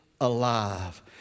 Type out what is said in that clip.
alive